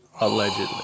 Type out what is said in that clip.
allegedly